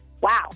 Wow